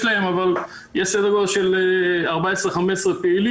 להם אבל יש סדר גודל של 14,15 פעילים.